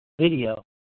video